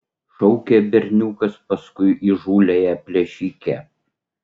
šaukė berniukas paskui įžūliąją plėšikę